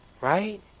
right